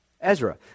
Ezra